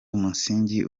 umusingi